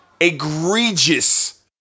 egregious